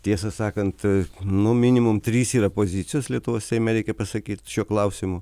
tiesą sakant nu minimum trys yra pozicijos lietuvos seime reikia pasakyt šiuo klausimu